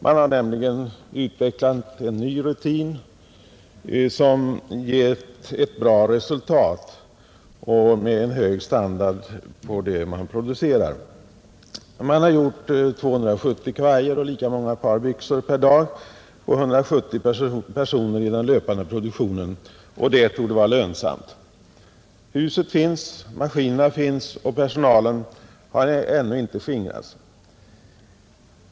Man har nämligen utvecklat en ny rutin som gett ett bra resultat och med hög standard på det man producerar. Man har gjort 270 kavajer och lika många par byxor per dag med 170 personer inom den löpande produktionen, och det torde vara lönsamt. Huset finns, maskinerna finns och personalen har ännu inte skingrats.